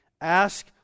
Ask